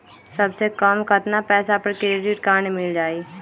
सबसे कम कतना पैसा पर क्रेडिट काड मिल जाई?